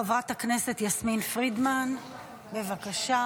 חברת הכנסת יסמין פרידמן, בבקשה,